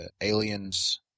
Aliens